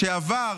שעבר,